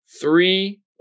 Three